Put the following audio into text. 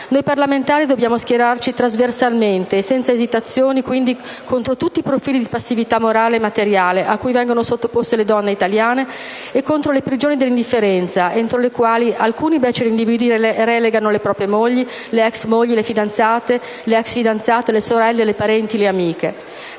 Noi parlamentari dobbiamo schierarci trasversalmente e senza esitazioni quindi contro tutti i profili di passività morale e materiale a cui vengono sottoposte le donne italiane e contro le "prigioni dell'indifferenza" entro le quali alcuni beceri individui relegano le proprie mogli, le ex mogli, le fidanzate, le ex fidanzate, le sorelle, le parenti, le amiche.